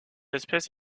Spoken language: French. espèce